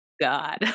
God